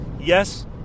yes